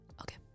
okay